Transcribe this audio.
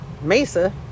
mesa